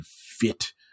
fit